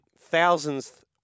thousands